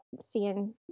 seeing